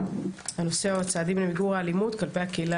הנושא הוא הצעדים למיגור האלימות כלפי הקהילה